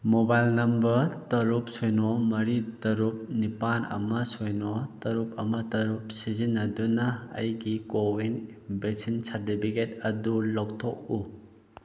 mobile number ꯇꯔꯨꯛ ꯁꯤꯅꯣ ꯃꯔꯤ ꯇꯔꯨꯛ ꯅꯤꯄꯥꯜ ꯑꯃ ꯁꯤꯅꯣ ꯇꯔꯨꯛ ꯑꯃ ꯇꯔꯨꯛ ꯁꯤꯖꯤꯟꯅꯗꯨꯅ ꯑꯩꯒꯤ ꯀꯣꯋꯤꯟ ꯚꯦꯛꯁꯤꯟ ꯁꯥꯔꯇꯤꯐꯤꯀꯦꯠ ꯑꯗꯨ ꯂꯧꯊꯣꯛꯎ